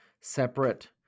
separate